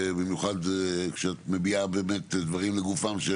במיוחד כשאת מביאה דברים לגופם של